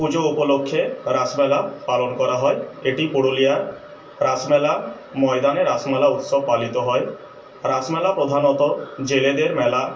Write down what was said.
পুজো উপলক্ষে রাসমেলা পালন করা হয় এটি পুরুলিয়ার রাসমেলা ময়দানে রাসমেলা উৎসব পালিত হয় রাসমেলা প্রধানত জেলেদের মেলা